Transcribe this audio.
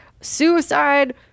suicide